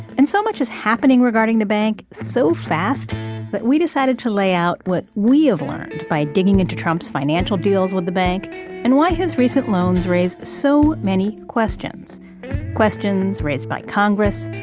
and so much is happening regarding the bank so fast that we decided to lay out what we have learned by digging into trump's financial deals with the bank and why his recent loans raise so many questions questions raised by congress,